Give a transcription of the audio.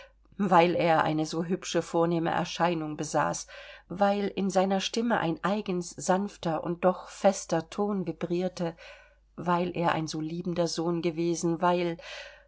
weil er eine so hübsche vornehme erscheinung besaß weil in seiner stimme ein eigens sanfter und doch fester ton vibrierte weil er ein so liebender sohn gewesen weil